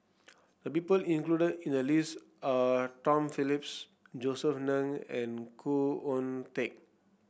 the people included in the list are Tom Phillips Josef Ng and Khoo Oon Teik